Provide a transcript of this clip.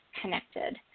connected